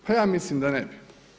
Pa ja mislim da ne bi.